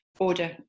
order